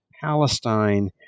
Palestine